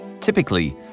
Typically